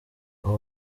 aba